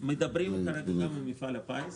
מדברים כרגע גם על מפעל הפיס.